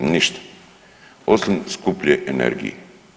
Ništa, osim skuplje energije.